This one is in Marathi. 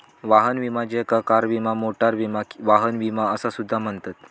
वाहन विमा ज्याका कार विमा, मोटार विमा किंवा वाहन विमा असा सुद्धा म्हणतत